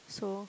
so